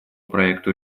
проекту